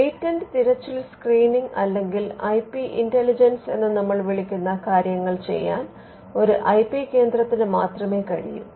patent തിരച്ചിൽ screening അല്ലെങ്കിൽ I P intelligence എന്ന് നമ്മൾ വിളിക്കുന്ന കാര്യങ്ങൾ ചെയ്യാൻ ഒരു ഐ പി കേന്ദ്രത്തിന് മാത്രമേ കഴിയൂ